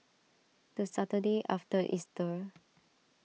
the Saturday after Easter